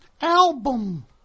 Album